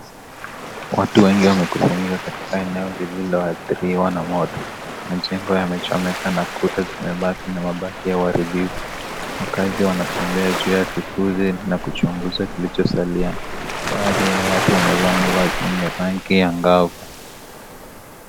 Watu wengi wamekusanyika katika eneo lililoathiriwa na moto, majengo yamechomeka na kuta zimebaki na mabaki ya uharibifu wakazi wanatembea juu ya vifusi kuchunguza kilicho salia baadhi ya hawa watu wamevaa mavazi yenye rangi ya angavu.